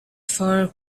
for